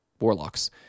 warlocks